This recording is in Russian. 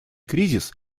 кризис